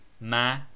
ma